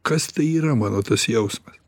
kas tai yra mano tas jausmas